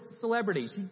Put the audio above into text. celebrities